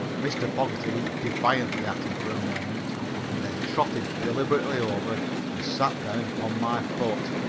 mr. fogerty looked defiantly at him for a moment and then trotted deliberately over and sat down upon my foot.